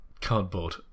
cardboard